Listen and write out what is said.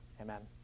Amen